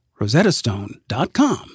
rosettastone.com